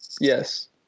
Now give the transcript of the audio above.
Yes